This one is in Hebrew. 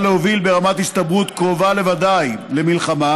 להוביל ברמת הסתברות קרובה לוודאי למלחמה